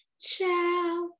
Ciao